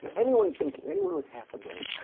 but anyone think, anyone with half a brain,